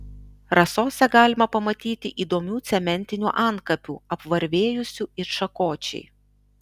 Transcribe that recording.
rasose galima pamatyti įdomių cementinių antkapių apvarvėjusių it šakočiai